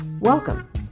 welcome